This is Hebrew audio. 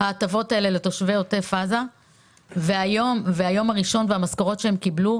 במשכורות ההטבות האלו לתושבי עוטף עזה והן לא נכנסו.